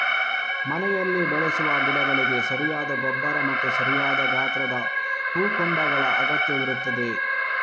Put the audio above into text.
ಮನೆಯಲ್ಲಿ ಬೆಳೆಸುವ ಗಿಡಗಳಿಗೆ ಸರಿಯಾದ ಗೊಬ್ಬರ ಮತ್ತು ಸರಿಯಾದ ಗಾತ್ರದ ಹೂಕುಂಡಗಳ ಅಗತ್ಯವಿರುತ್ತದೆ